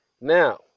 Now